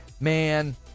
man